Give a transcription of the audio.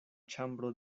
ĉambro